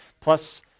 plus